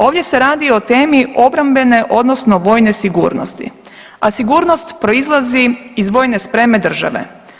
Ovdje se radi o temi obrambene, odnosno vojne sigurnosti, a sigurnost proizlazi iz vojne spreme države.